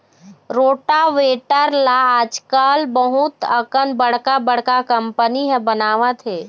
rotavator ल आजकाल बहुत अकन बड़का बड़का कंपनी ह बनावत हे